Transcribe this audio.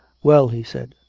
well, he said,